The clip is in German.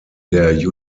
der